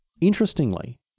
interestingly